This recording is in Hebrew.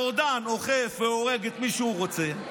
הרודן אוכף והורג את מי שהוא רוצה,